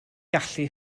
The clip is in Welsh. gallu